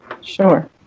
Sure